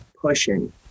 pushing